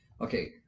okay